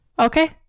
Okay